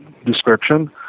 description